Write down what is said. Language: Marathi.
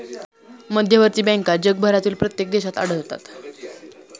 मध्यवर्ती बँका जगभरातील प्रत्येक देशात आढळतात